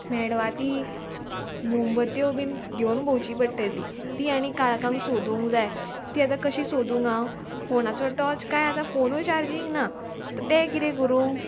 मेडवाती मोमबत्यो बीन घेवन भोंवची पडटली ती आनी काळखांक सोदूंक जाय ती आतां कशी सोदूंक आ फोनाचो टॉच कांय आतां फोनूय चार्जींग ना तें कितें करूं